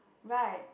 right